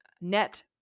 net